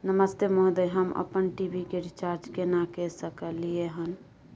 नमस्ते महोदय, हम अपन टी.वी के रिचार्ज केना के सकलियै हन?